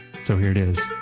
so here it is.